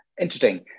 interesting